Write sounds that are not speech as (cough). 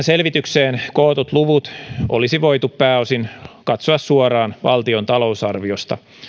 (unintelligible) selvitykseen kootut luvut olisi voitu pääosin katsoa suoraan valtion talousarviosta